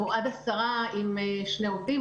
או עד עשרה עם שני עובדים.